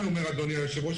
אדוני היושב-ראש,